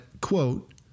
quote